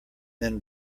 then